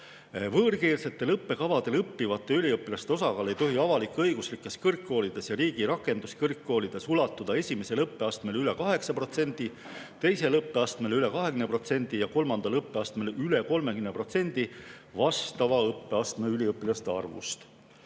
Võõrkeelsetel õppekavadel õppivate üliõpilaste osakaal ei tohi avalik-õiguslikes kõrgkoolides ja riigi rakenduskõrgkoolides ulatuda esimesel õppeastmel üle 8%, teisel õppeastmel üle 20% ja kolmandal õppeastmel üle 30% vastava õppeastme üliõpilaste arvust."